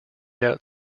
out